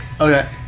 Okay